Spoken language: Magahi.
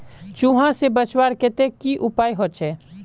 चूहा से बचवार केते की उपाय होचे?